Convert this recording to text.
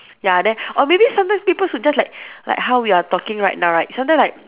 ya then or maybe sometimes people should just like like how we are talking right now right sometime like